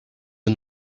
are